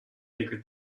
bigger